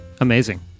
amazing